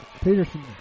Peterson